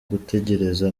gutegereza